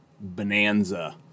bonanza